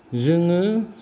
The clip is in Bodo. जोङो